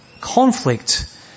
Conflict